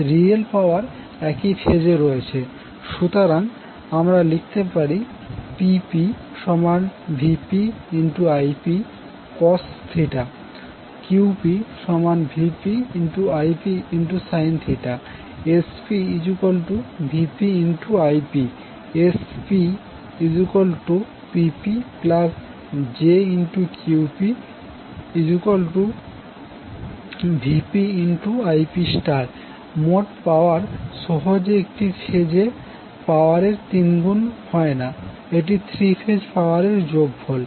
real power একই ফেজে রয়েছে সুতরাং আমরা লিখতে পারি PpVpIpcos QpVpIpsin SpVpIp SpPpjQpVpIp মোট পাওয়ার সহজে একটি ফেজ পাওয়ার এর তিনগুণ হয় না এটি থ্রি ফেজ পাওয়ার এর যোগফল